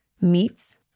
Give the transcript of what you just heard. meats